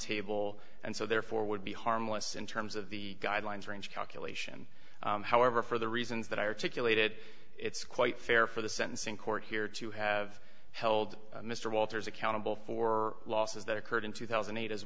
table and so therefore would be harmless in terms of the guidelines range calculation however for the reasons that articulated it's quite fair for the sentencing court here to have held mr walters accountable for losses that occurred in two thousand and eight as